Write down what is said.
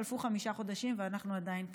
חלפו חמישה חודשים ואנחנו עדיין כאן.